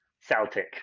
Celtic